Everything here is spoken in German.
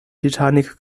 titanic